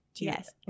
Yes